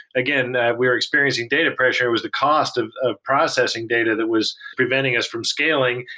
again, we're experiencing data pressure, it was the cost of of processing data that was preventing us from scaling,